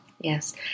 Yes